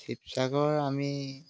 শিৱসাগৰ আমি